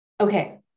Okay